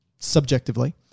subjectively